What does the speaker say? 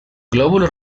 glóbulos